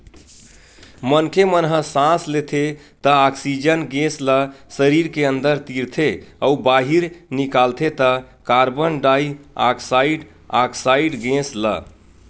मनखे मन ह सांस लेथे त ऑक्सीजन गेस ल सरीर के अंदर तीरथे अउ बाहिर निकालथे त कारबन डाईऑक्साइड ऑक्साइड गेस ल